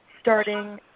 starting